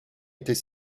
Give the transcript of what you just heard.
était